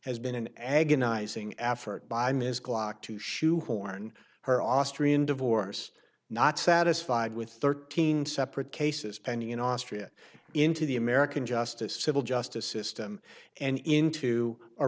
has been an agonizing effort by ms glock to shoehorn her austrian divorce not satisfied with thirteen separate cases pending in austria into the american justice civil justice system and into a